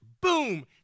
Boom